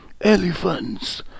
Elephants